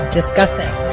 discussing